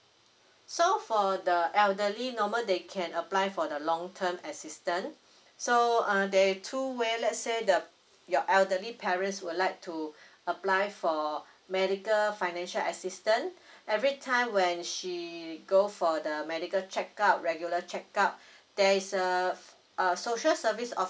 so for the elderly normally they can apply for the long term assistance so err there are two ways let's say the your elderly parents would like to apply for medical financial assistance every time when she go for the medical check up regular check up there is err err social service officer